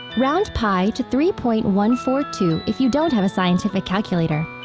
round pi to three point one four two if you don't have a scientific calculator.